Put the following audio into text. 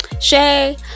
Shay